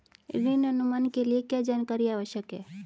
ऋण अनुमान के लिए क्या जानकारी आवश्यक है?